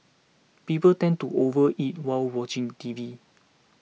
people tend to overeat while watching T V